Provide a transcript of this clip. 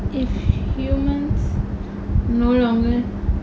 if humans no longer